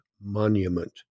monument